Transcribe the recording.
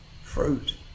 fruit